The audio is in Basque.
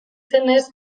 zenez